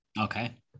Okay